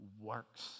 works